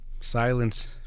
silence